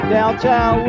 Downtown